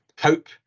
hope